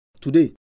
Today